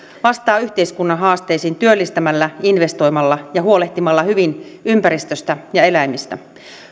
vastaa yhteiskunnan haasteisiin työllistämällä investoimalla ja huolehtimalla hyvin ympäristöstä ja eläimistä